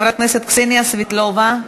חברת הכנסת קסניה סבטלובה,